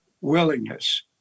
willingness